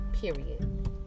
Period